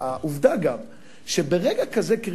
העובדה גם שברגע כזה קריטי,